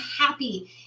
happy